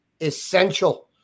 essential